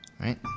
Right